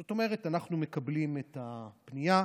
זאת אומרת, אנחנו מקבלים את הפנייה,